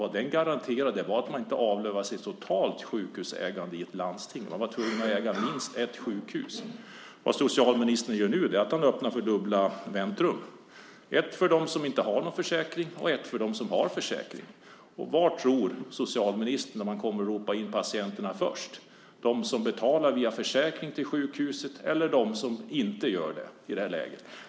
Vad den garanterade var att landstingen inte avlövades totalt vad gäller sjukhusägande. Man var tvungen att äga minst ett sjukhus. Vad socialministern gör nu är att han öppnar för dubbla väntrum, ett för dem som inte har någon försäkring och ett för dem som har försäkring. Vilka patienter tror socialministern kommer att ropas in först? Är det de som betalar via försäkring till sjukhuset eller de som inte gör det i det läget?